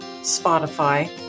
Spotify